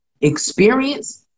experience